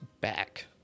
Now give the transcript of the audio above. back